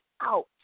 out